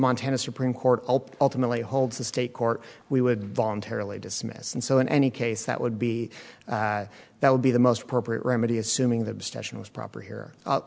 montana supreme court ultimately holds the state court we would voluntarily dismiss and so in any case that would be that would be the most appropriate remedy assuming the abstention was proper here